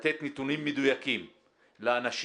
לתת נתונים מדויקים לאנשים.